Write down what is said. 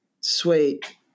sweet